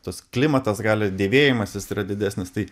tas klimatas gali dėvėjimasis yra didesnis tai